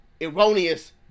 erroneous